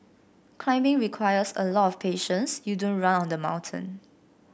climbing requires a lot of patience you don't run on the mountain